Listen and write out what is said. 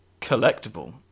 collectible